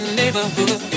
neighborhood